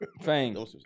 Fang